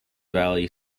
valley